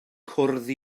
cwrdd